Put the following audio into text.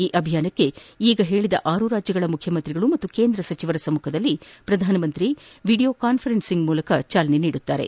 ಈ ಅಭಿಯಾನಕ್ಕೆ ಈಗ ಹೇಳಿದ ಆರೂ ರಾಜ್ಲಗಳ ಮುಖ್ಯಮಂತ್ರಿಗಳು ಮತ್ತು ಕೇಂದ್ರ ಸಚಿವರ ಸಮ್ನಖದಲ್ಲಿ ಪ್ರಧಾನಮಂತ್ರಿ ವಿಡಿಯೋ ಕಾನ್ಪರೆನ್ಸ್ ಮೂಲಕ ಚಾಲನೆ ನೀಡಲಿದ್ದಾರೆ